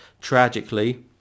tragically